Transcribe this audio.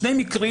שני מקרים,